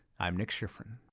i'm nick schifrin.